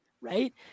Right